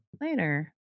later